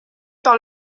par